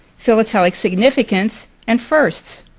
philatelic significance, and firsts.